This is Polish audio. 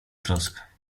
trosk